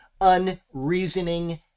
unreasoning